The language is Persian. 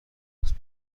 ثبت